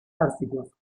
arcilloso